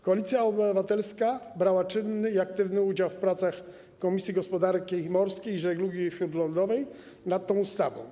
Koalicja Obywatelska brała czynny i aktywny udział w pracach Komisji Gospodarki Morskiej i Żeglugi Śródlądowej nad tą ustawą.